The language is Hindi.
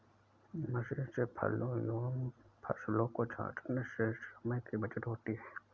मशीन से फलों एवं फसलों को छाँटने से समय की बचत होती है